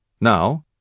Now